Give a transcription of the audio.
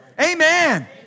Amen